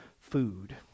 food